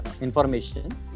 information